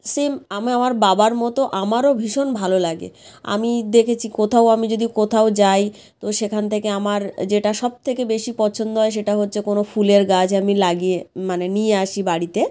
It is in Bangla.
সেম আমি আমার বাবার মতো আমারও ভীষণ ভালো লাগে আমি দেখেচি কোথাও আমি যদি কোথাও যাই তো সেখান থেকে আমার যেটা সব থেকে বেশি পছন্দ হয় সেটা হচ্ছে কোনো ফুলের গাছ আমি লাগিয়ে মানে নিয়ে আসি বাড়িতে